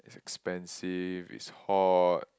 expensive it's hot